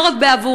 לא רק בעבורם,